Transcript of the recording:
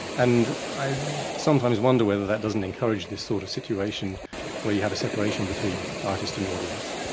and i sometimes wonder whether that doesn't encourage this sort of situation where you have a separation between artist and audience,